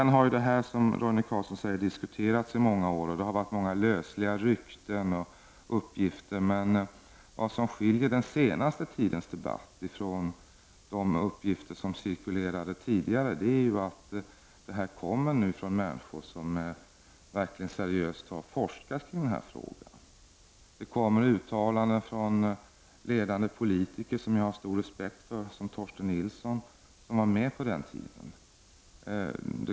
Affären har, som Roine Carlsson sade, diskuterats i många år, och det har varit många lösaktiga rykten och uppgifter. Men vad som skiljer den senaste tidens debatt från de uppgifter som tidigare cirkulerade är att uppgifter kommer från människor som verkligen seriöst har forskat i frågan. Det görs uttalanden av ledande politiker vilka jag har stor respekt för. En av dem är Torsten Nilsson som var med på den tiden.